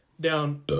down